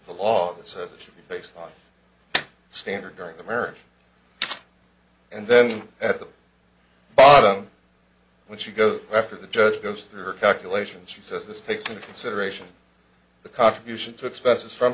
the law that says it based on standard during the marriage and then at the bottom when she goes after the judge goes through her calculations she says this takes into consideration the contribution to expenses from